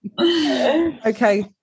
okay